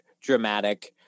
dramatic